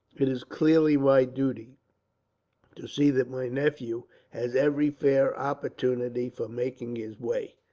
it is clearly my duty to see that my nephew has every fair opportunity for making his way.